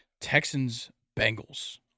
Texans-Bengals